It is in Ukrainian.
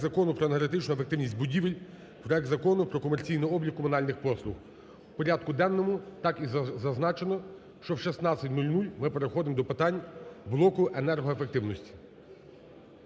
про енергетичну ефективність будівель, проект Закону про комерційний облік комунальних послуг. В порядку денному так і зазначено, що о 16:00 ми переходимо до питань блоку енергоефективності.